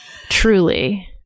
Truly